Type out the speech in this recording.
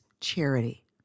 charity